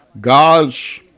God's